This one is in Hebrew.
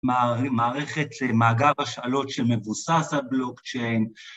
מערכת ש... מאגר השאלות שמבוסס על בלוקצ'יין